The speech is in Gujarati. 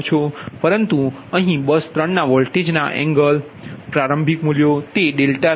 પરંતુ અહીં બસ 3 ના વોલ્ટેજ એંગલના પ્રારંભિક મૂલ્યો તે 30 0 છે